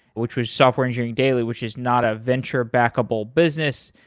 which was software engineering daily which is not a venture backable business.